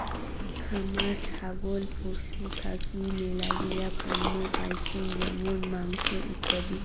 খামার ছাগল পশু থাকি মেলাগিলা পণ্য পাইচুঙ যেমন মাংস, ইত্যাদি